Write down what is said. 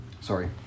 Sorry